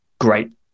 great